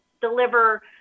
deliver